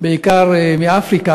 בעיקר מאפריקה,